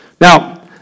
Now